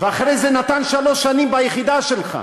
אחרי זה נתן שלוש שנים ביחידה שלך.